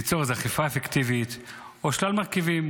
ליצור אכיפה פיקטיבית או שלל מרכיבים.